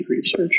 research